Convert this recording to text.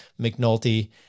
McNulty